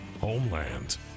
Homeland